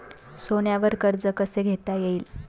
सोन्यावर कर्ज कसे घेता येईल?